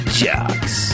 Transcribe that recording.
jocks